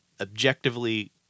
objectively